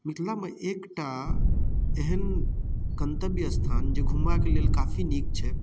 मिथिला मे एकटा एहेन गन्तब्य स्थान जे घुमबाक लेल काफी नीक छै